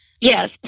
Yes